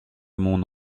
mon